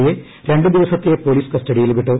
A യെ രണ്ട് ദിവസത്തെ പോലീസ് കസ്റ്റഡിയിൽ വിട്ടു